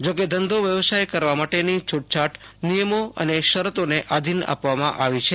જો કે ધંધો વ્યવસાય કરવા માટેની છૂટછાટ નિયમો અને શરતોને આધીન આપવામાં આવી છે